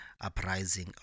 uprising